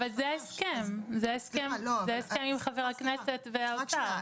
אבל זה ההסכם עם חבר הכנסת ועם משרד האוצר.